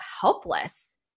helpless